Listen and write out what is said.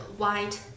white